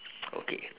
okay